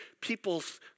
people's